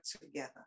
together